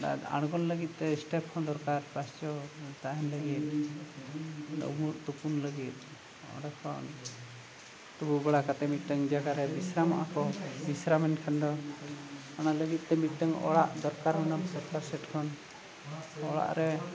ᱟᱬᱜᱳᱱ ᱞᱟᱹᱜᱤᱫᱼᱛᱮ ᱥᱴᱮᱯ ᱦᱚᱸ ᱫᱚᱨᱠᱟᱨ ᱛᱟᱦᱮᱱ ᱞᱟᱹᱜᱤᱫ ᱩᱢᱚᱜ ᱛᱩᱯᱩᱱ ᱞᱟᱹᱜᱤᱫ ᱚᱸᱰᱮᱠᱷᱚᱱ ᱛᱳᱯᱳ ᱵᱟᱲᱟ ᱠᱟᱛᱮ ᱢᱤᱫᱴᱟᱝ ᱡᱟᱭᱜᱟᱨᱮ ᱵᱤᱥᱨᱟᱢᱚᱜᱼᱟᱠᱚ ᱵᱤᱥᱨᱟᱢᱮᱱ ᱠᱷᱟᱱᱫᱚ ᱚᱱᱟ ᱞᱟᱹᱜᱤᱫᱼᱛᱮ ᱢᱤᱫᱴᱟᱝ ᱚᱲᱟᱜ ᱫᱚᱨᱠᱟᱨ ᱚᱱᱟ ᱥᱮᱴ ᱠᱷᱚᱱ ᱚᱲᱟᱜ ᱨᱮ